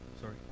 sorry